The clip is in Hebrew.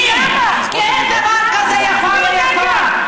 כי אין דבר כזה איפה ואיפה,